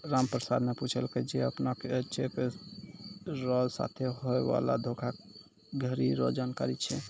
रामप्रसाद न पूछलकै जे अपने के चेक र साथे होय वाला धोखाधरी रो जानकारी छै?